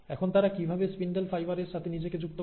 এখন তারা কিভাবে স্পিন্ডল ফাইবার এর সাথে নিজেকে যুক্ত করে